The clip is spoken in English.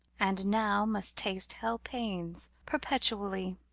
and now must taste hell-pains perpetually.